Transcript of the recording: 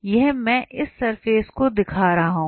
यह मैं इस सरफेस को दिखा रहा हूं